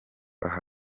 aho